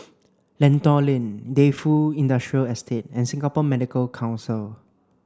Lentor Lane Defu Industrial Estate and Singapore Medical Council